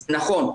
נכון.